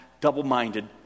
double-minded